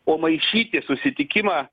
o maišyti susitikimą